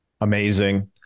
Amazing